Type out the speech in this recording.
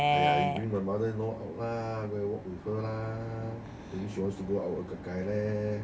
!aiya! you bring my mother in law out lah go and walk with her lah maybe she wants to go out gai gai leh